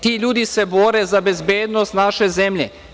Ti ljudi se bore za bezbednost naše zemlje.